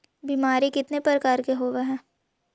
बीमारी कितने प्रकार के होते हैं?